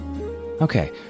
Okay